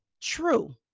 True